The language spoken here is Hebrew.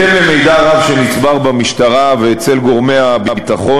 לפי מידע רב שנצבר במשטרה ואצל גורמי הביטחון,